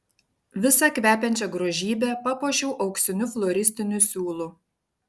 visą kvepiančią grožybę papuošiau auksiniu floristiniu siūlu